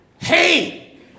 Hey